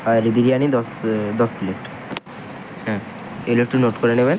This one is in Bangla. আর বিরিয়ানি দশ দশ প্লেট হ্যাঁ এগুলো একটু নোট করে নেবেন